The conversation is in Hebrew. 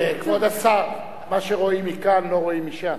כבוד השר, מה שרואים מכאן לא רואים משם.